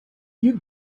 you